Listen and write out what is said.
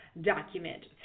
document